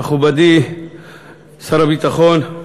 מכובדי שר הביטחון,